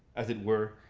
as it were,